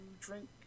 drink